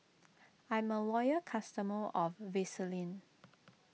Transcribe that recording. I'm a loyal customer of Vaselin